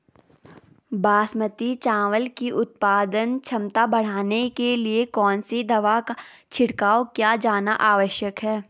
बासमती चावल की उत्पादन क्षमता बढ़ाने के लिए कौन सी दवा का छिड़काव किया जाना आवश्यक है?